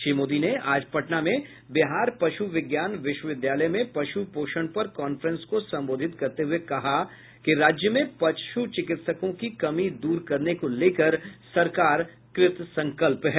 श्री मोदी ने आज पटना में बिहार पशु विज्ञान विश्वविद्यालय में पशु पोषण पर कांफ्रेंस को संबोधित करते हुए कहा कि राज्य में पशु चिकित्सकों की कमी दूर करने को लेकर सरकार कृतसंकल्प है